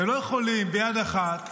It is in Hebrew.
אתם לא יכולים ביד אחת